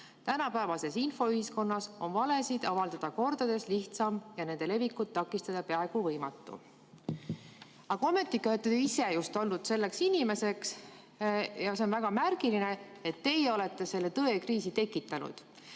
Tänapäevases infoühiskonnas on valesid avaldada kordades lihtsam ja nende levikut takistada peaaegu võimatu." Aga ometigi olete te ise olnud selleks inimeseks – ja see on väga märgiline –, kes on selle tõekriisi tekitanud.